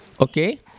Okay